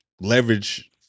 leverage